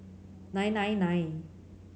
nine nine nine